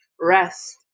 rest